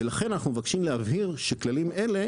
ולכן אנחנו מבקשים להבהיר שכללים אלה